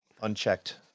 unchecked